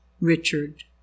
Richard